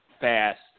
fast